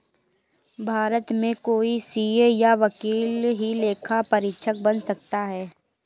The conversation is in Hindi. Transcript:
भारत में कोई सीए या वकील ही लेखा परीक्षक बन सकता है